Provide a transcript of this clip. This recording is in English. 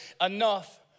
enough